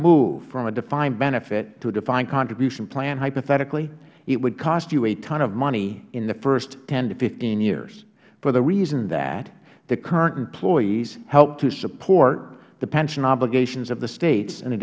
move from a defined benefit to a defined contribution plan hypothetically it would cost you a ton of money in the first ten to fifteen years for the reason that the current employees help to support the pension obligations of the states